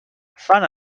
fan